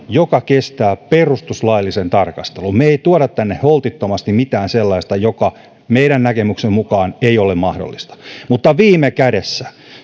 joka kestää perustuslaillisen tarkastelun me emme tuo tänne holtittomasti mitään sellaista joka meidän näkemyksemme mukaan ei ole mahdollista mutta viime kädessä